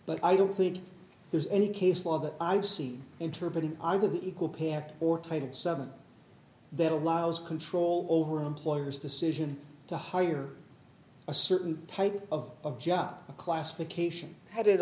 but i don't think there's any case law that i've seen interpreting either the equal pay act or title seven that allows control over employers decision to hire a certain type of job a classification had